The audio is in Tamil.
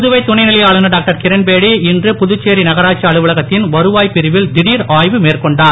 புதுவை துணை நிலை ஆளுநர் டாக்டர் கிரண்பேடி இன்று புதுச்சேரி நகராட்சி அலுவலகத்தின் வருவாய் பிரிவில் திடீர் ஆய்வு மேற்கொண்டார்